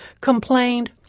complained